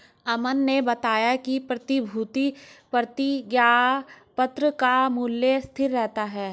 अमन ने बताया कि प्रतिभूति प्रतिज्ञापत्र का मूल्य स्थिर रहता है